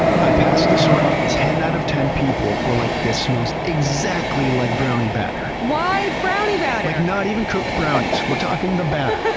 i passed this around, ten out of ten people were like, this smells exactly like brownie batter. why brownie batter! not even cooked brownies. we're talking the batter.